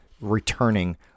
returning